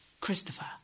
Christopher